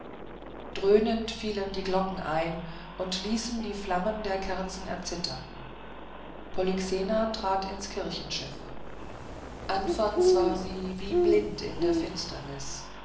dröhnend fielen die glocken ein und ließen die flammen der kerzen erzittern polyxena trat ins kirchenschiff anfangs war sie wie blind in der finsternis